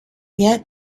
yet